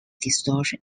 distortion